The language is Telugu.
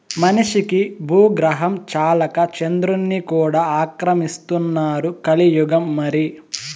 మనిషికి బూగ్రహం చాలక చంద్రుడ్ని కూడా ఆక్రమిస్తున్నారు కలియుగం మరి